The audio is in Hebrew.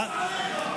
מנוול.